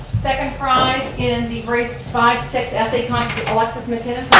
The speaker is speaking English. second prize in the grade five, six essay contest alexis mckenneth